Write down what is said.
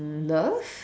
love